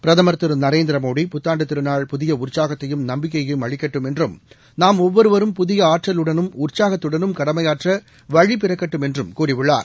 பிரதமர் திரு நரேந்திரமோடி புத்தாண்டு திருநாள் புதிய உற்சாகத்தையும் நம்பிக்கையையும் அளிக்கட்டும் என்றும் நாம் ஒவ்வொருவரும் புதிய ஆற்றலுடள் உற்சாகத்துடன் கடமையாற்ற வழி பிறக்கட்டும் என்று கூறியுள்ளார்